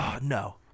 no